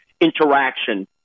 interaction